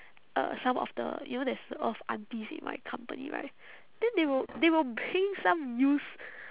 uh some of the you know there's a lot of aunties in my company right then they will they will bring some used